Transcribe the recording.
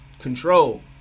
control